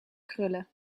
krullen